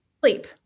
sleep